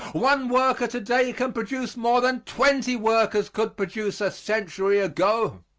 one worker today can produce more than twenty workers could produce a century ago.